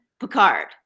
Picard